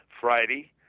Friday